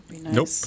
Nope